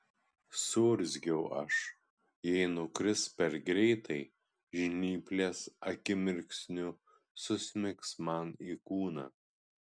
suurzgiau aš jei nukris per greitai žnyplės akimirksniu susmigs man į kūną